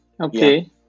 Okay